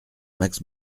max